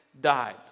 died